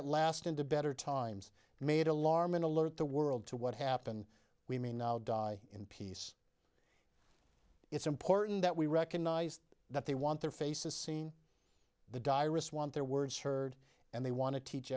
at last into better times made alarm and alert the world to what happened we may now die in peace it's important that we recognize that they want their faces seen the direst want their words heard and they want to teach